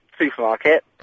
supermarket